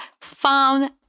found